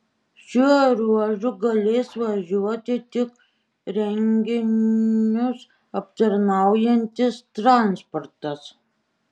šiuo ruožu galės važiuoti tik renginius aptarnaujantis transportas